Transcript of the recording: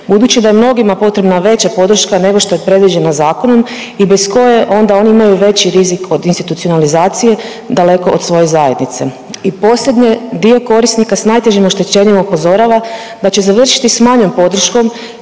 budući da je mnogima potrebna veća podrška nego što je predviđena zakonom i bez koje onda oni imaju veći rizik od institucionalizacije daleko od svoje zajednice. I posljednje dio korisnika s najtežim oštećenjima upozorava da će završiti s manjom podrškom